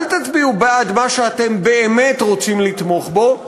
אל תצביעו בעד מה שאתם באמת רוצים לתמוך בו,